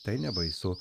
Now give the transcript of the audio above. tai nebaisu